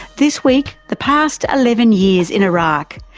this week the past eleven years in iraq,